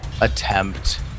attempt